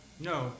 No